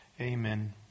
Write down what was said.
Amen